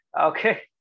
Okay